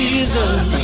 Jesus